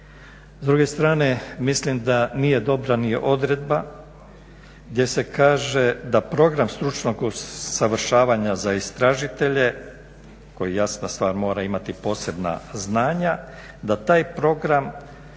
S druge strane mislim da nije dobra ni odredba gdje se kaže da program stručnog usavršavanja za istražitelje koji je jasna stvar mora imati posebna znanja da taj program